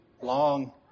long